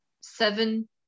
seven